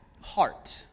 heart